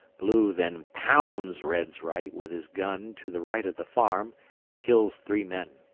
blue then pounds red's right with his gun to the right of the farm and kills three men.